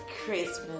Christmas